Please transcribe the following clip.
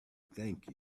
thank